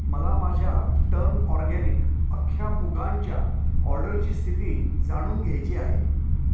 मला माझ्या टर्न ऑरगॅनिक अख्ख्या मुगांच्या ऑर्डरची स्थिती जाणून घ्यायची आहे